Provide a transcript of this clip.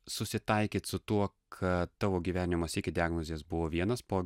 susitaikyt su tuo kad tavo gyvenimas iki diagnozės buvo vienas po